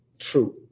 true